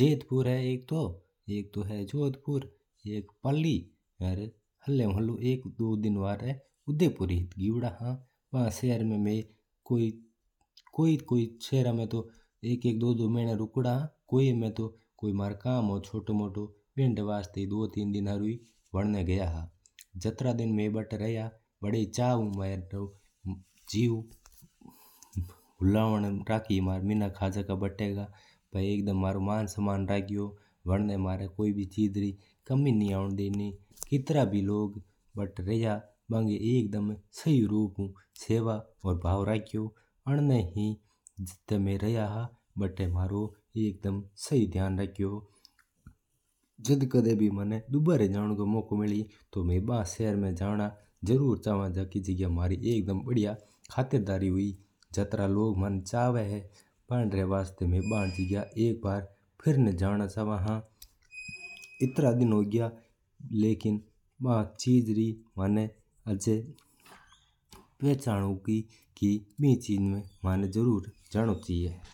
जोधपुर है एक तो। एक है पाली। और एक हल्‍लो हल्‍लो तीन चार दिन उदयपुर भी गया था। कोई शहर में तू तीन चार महिना रेव था और कोई में अलग-अलग काम री वास्‍ता जवा। ब्याक लोग मन्नो जीव घणो ही रख्‍यो पर घणो ही घुमाया बा लोग।